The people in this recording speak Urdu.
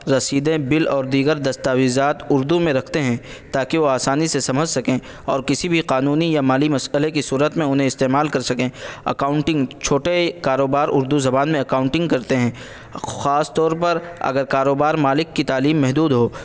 رسیدیں بل اور دیگر دستاویزات اردو میں رکھتے ہیں تاکہ وہ آسانی سے سمجھ سکیں اور کسی بھی قانونی یا مالی مسئلے کی صورت میں انہیں استعمال کر سکیں اکاؤنٹنگ چھوٹے کاروبار اردو زبان میں اکاؤنٹنگ کرتے ہیں خاص طور پر اگر کاروبار مالک کی تعلیم محدود ہو